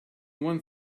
one